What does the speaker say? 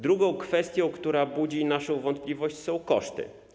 Drugą kwestią, która budzi naszą wątpliwość, są koszty.